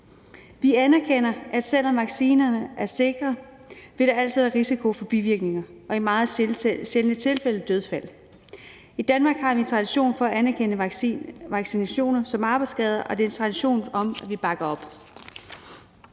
Vi anerkender, at selv om vaccinerne er sikre, vil der altid være en risiko for bivirkninger og i meget sjældne tilfælde dødsfald. I Danmark har vi tradition for at anerkende vaccinationer som arbejdsskader, og det er en tradition, vi bakker op